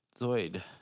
Zoid